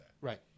Right